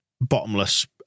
bottomless